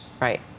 Right